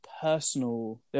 personal